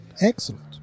Excellent